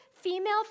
female